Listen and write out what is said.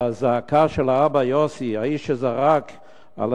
הזעקה של האבא יוסי: האיש שזרק על